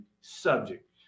subject